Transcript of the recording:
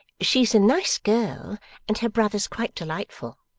she's a nice girl and her brother's quite delightful